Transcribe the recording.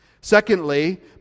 Secondly